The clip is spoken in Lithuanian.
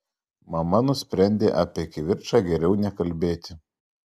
mama nusprendė apie kivirčą geriau nekalbėti